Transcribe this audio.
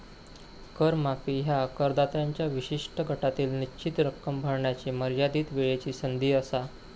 कर माफी ह्या करदात्यांच्या विशिष्ट गटासाठी निश्चित रक्कम भरण्याची मर्यादित वेळची संधी असा